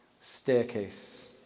staircase